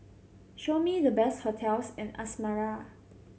show me the best hotels in Asmara